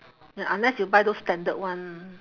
unless you buy those standard one